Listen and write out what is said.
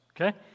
Okay